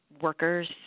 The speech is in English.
Workers